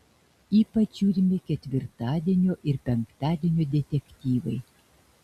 ypač žiūrimi ketvirtadienio ir penktadienio detektyvai